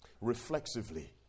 Reflexively